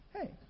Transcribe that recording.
Hey